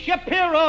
Shapiro